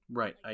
right